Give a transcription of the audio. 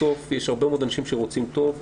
בסוף יש הרבה מאוד אנשים שרוצים טוב,